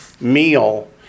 meal